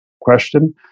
question